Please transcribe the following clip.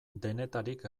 denetarik